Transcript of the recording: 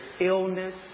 illness